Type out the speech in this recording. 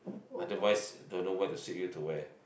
otherwise don't know where to sweep you to where